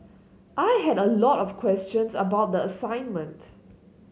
I had a lot of questions about the assignment